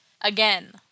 Again